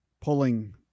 pulling